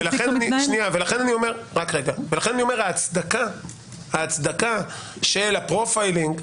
לכן ההצדקה של הפרופיילינג